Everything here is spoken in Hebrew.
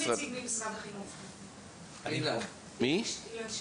אילן שמש,